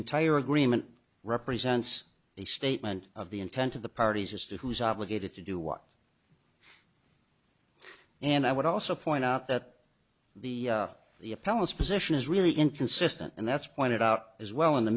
entire agreement represents a statement of the intent of the parties as to who is obligated to do what and i would also point out that the the appellant's position is really inconsistent and that's pointed out as well in the